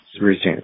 resume